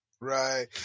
right